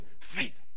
faith